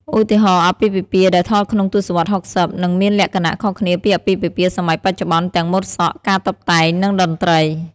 ឧទាហរណ៍ អាពាហ៍ពិពាហ៍ដែលថតក្នុងទស្សវត្ស៦០ នឹងមានលក្ខណៈខុសគ្នាពីអាពាហ៍ពិពាហ៍សម័យបច្ចុប្បន្នទាំងម៉ូដសក់ ការតុបតែង និងតន្រ្តី។